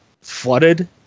flooded